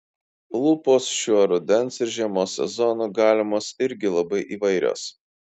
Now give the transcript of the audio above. lūpos šiuo rudens ir žiemos sezonu galimos irgi labai įvairios